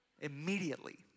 immediately